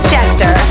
Jester